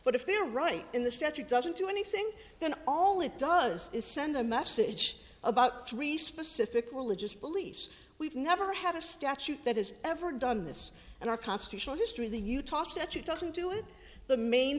but if they're right in the statute doesn't do anything then all it does is send a message about three specific religious beliefs we've never had a statute that has ever done this and our constitutional history the utah statute doesn't do it the main